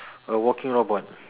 a walking robot